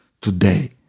today